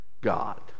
God